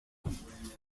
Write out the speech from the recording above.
hay